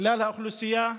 לכלל האוכלוסייה,